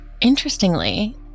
Interestingly